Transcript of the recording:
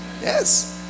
Yes